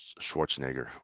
Schwarzenegger